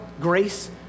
grace